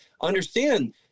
understand